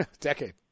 Decade